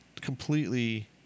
completely